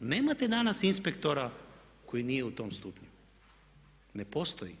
nemate danas inspektora koji nije u tom stupnju, ne postoji.